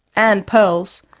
and pearls,